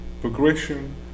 progression